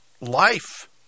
life